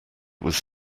was